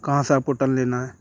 کہاں سے آپ کو ٹرن لینا ہے